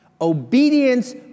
Obedience